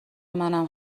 منم